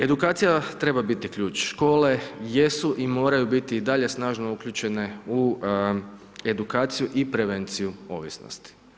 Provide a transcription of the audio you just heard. Edukacija treba biti ključ škole, jesu i moraju biti snažno uključene u edukaciju prevenciju ovisnosti.